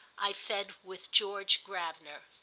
i fed with george gravener.